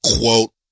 quote